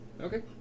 Okay